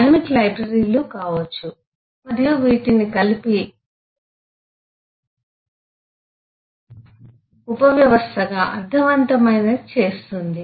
dynamic లైబ్రరీలు కావచ్చు మరియు వీటిని కలిపి ఉపవ్యవస్థగా అర్ధవంతమైనది చేస్తుంది